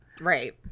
Right